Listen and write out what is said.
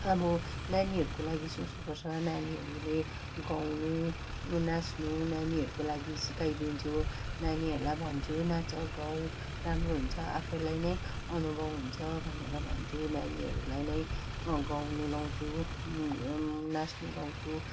अब नानीहरूको लागि सोच्नुपर्छ नानीहरूले गाउनु नाच्नु नानीहरूको लागि सिकाइदिन्छु नानीहरूलाई भन्छु नाच गाऊ राम्रो हुन्छ आफैलाई नै अनुभव हुन्छ भनेर भन्छु नानीहरूलाई नै गाउन लाउँछु नाच्नु लाउँछु